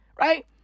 right